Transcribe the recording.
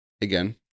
Again